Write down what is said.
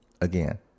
Again